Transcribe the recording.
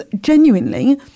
genuinely